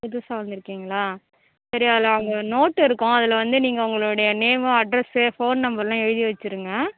புதுசாக வந்துருக்கீங்களா சரி அதில் அங்கே நோட் இருக்கும் அதில் வந்து நீங்கள் உங்களுடைய நேமு அட்ரஸு ஃபோன் நம்பர்லாம் எழுதி வைச்சிருங்க